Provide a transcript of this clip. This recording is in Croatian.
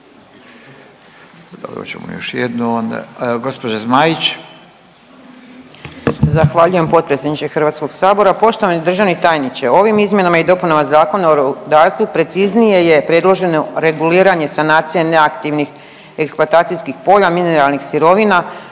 poštovani potpredsjedniče Hrvatskoga sabora.